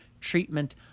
treatment